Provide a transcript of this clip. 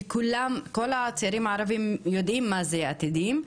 שכל הצעירים הערבים יודעים מה זה עתידים,